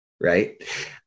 Right